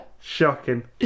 shocking